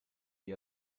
wie